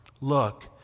Look